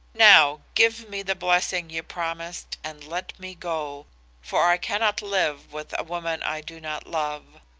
now give me the blessing you promised and let me go for i cannot live with a woman i do not love